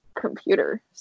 computer